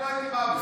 אני לא היית מעביר,